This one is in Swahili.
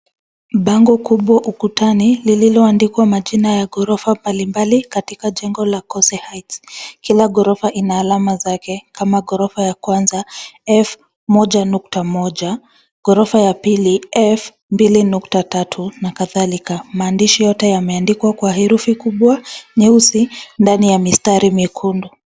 Bango kubwa ukutani lililoandikwa majina ya ghorofa mbalimbali katika jengo la Koze Heights. Kila ghorofa ina alama zake kama ghorofa ya kwanza F1.1 ghorofa ya pili F2.3 na kadhalika. Maandishi yote yameandikwa kwa herufi kubwa nyeusi ndani ya mistari mekundu.